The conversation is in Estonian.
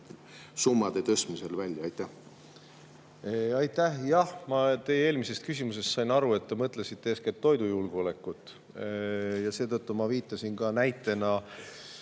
summade tõstmisel välja? Aitäh! Jah, ma teie eelmisest küsimusest sain aru, et te mõtlesite eeskätt toidujulgeolekut. Seetõttu ma viitasin ka näitena